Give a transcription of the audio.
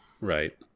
Right